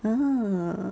uh